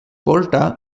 porta